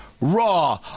raw